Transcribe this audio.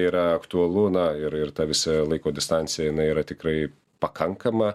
yra aktualu na ir ir ta visa laiko distancija jinai yra tikrai pakankama